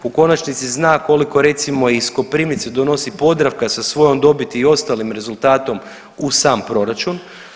U konačnici zna koliko recimo iz Koprivnice donosi Podravka sa svojom dobiti i ostalim rezultatom u sam proračun.